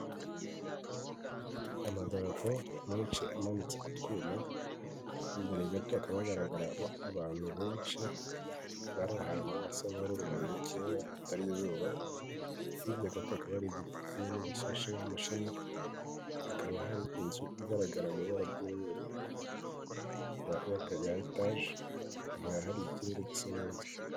Amagambo menshi amanitse kutwuma imbere gato hakaba hagaragaramo abantu benshi bari ahantu hasa nk'aho urumuri rukeya hatari izuba, hirya hakaba hari igiti kinini gishashe amashami, hakaba hari inzu igaragara mu ibara ry'umweru yaka; ya etaje hakaba hari ikirere gisa neza.